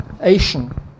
Asian